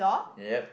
yup